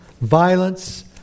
violence